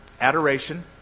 Adoration